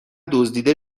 دزدیده